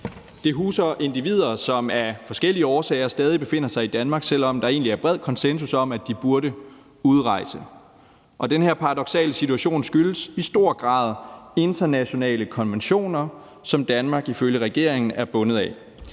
Det huser individer, som af forskellige årsager stadig befinder sig i Danmark, selv om der egentlig er bred konsensus om, at de burde udrejse. Den her paradoksale situation skyldes i høj grad internationale konventioner, som Danmark ifølge regeringen er bundet af.